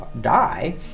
die